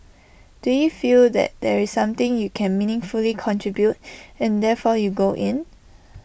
do you feel that there's something you can meaningfully contribute and therefore you go in